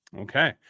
Okay